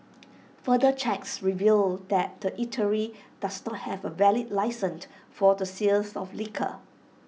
further checks revealed that the eatery does not have A valid licence for the sales of liquor